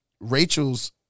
Rachel's